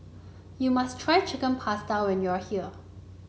you must try Chicken Pasta when you are here